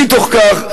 מתוך כך,